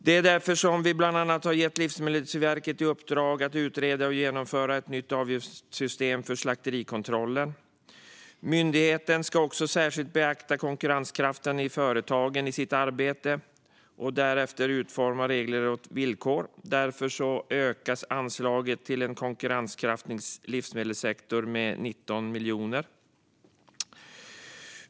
Det är därför vi bland annat har gett Livsmedelsverket i uppdrag att utreda och genomföra ett nytt avgiftssystem för slakterikontrollen. Myndigheten ska också särskilt beakta företagens konkurrenskraft i sitt arbete och därefter utforma regler och villkor. Därför ökas anslagen till en konkurrenskraftig livsmedelssektor med 19 miljoner.